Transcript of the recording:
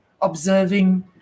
observing